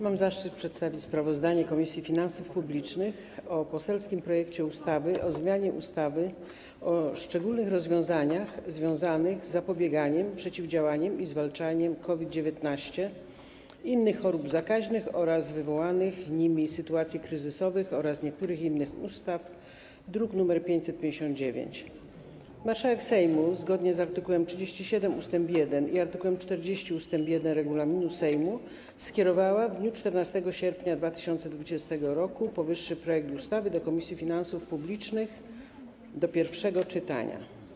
Mam zaszczyt przedstawić sprawozdanie Komisji Finansów Publicznych o poselskim projekcie ustawy o zmianie ustawy o szczególnych rozwiązaniach związanych z zapobieganiem, przeciwdziałaniem i zwalczaniem COVID-19, innych chorób zakaźnych oraz wywołanych nimi sytuacji kryzysowych oraz niektórych innych ustaw, druk nr 559. Marszałek Sejmu, zgodnie z art. 37 ust. 1 i art. 40 ust. 1 regulaminu Sejmu, skierowała w dniu 14 sierpnia 2020 r. powyższy projekt ustawy do Komisji Finansów Publicznych do pierwszego czytania.